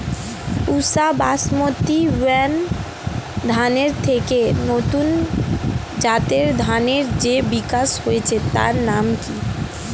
পুসা basmati one ধানের থেকে নতুন জাতের ধানের যে বিকাশ হয়েছে তার নাম কি?